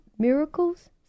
Miracles